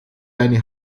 deine